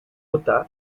utah